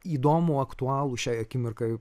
įdomų aktualų šiai akimirkai